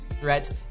threats